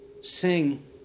sing